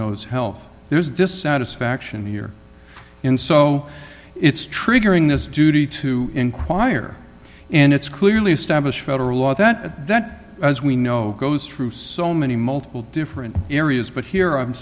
knows health there's dissatisfaction here and so it's triggering this duty to inquire and it's clearly established federal law that that as we know goes through so many multiple different areas but here i'm